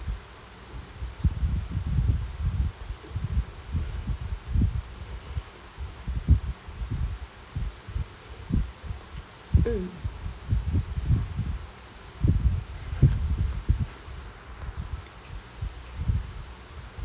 mm